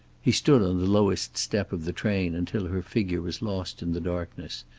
he stood on the lowest step of the train until her figure was lost in the darkness,